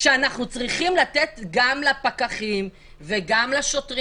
שאנחנו צריכים לתת גם לפקחים וגם לשוטרים